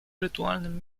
rytualnym